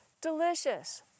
delicious